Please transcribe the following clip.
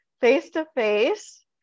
face-to-face